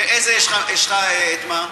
יש לך את מה?